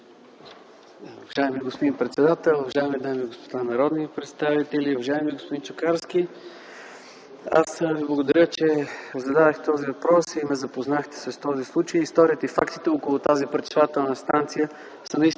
Уважаеми господин председател, уважаеми дами и господа народни представители, уважаеми господин Чукарски! Аз благодаря, че зададохте този въпрос и ме запознахте с този случай. Историята и фактите около тази пречиствателна станция са наистина